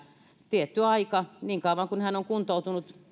tietty aika niin kauan että hän on kuntoutunut